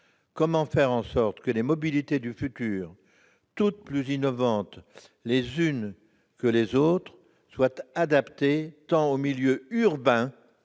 comment faire en sorte que les mobilités du futur, toutes plus innovantes les unes que les autres, soient adaptées tant au milieu urbain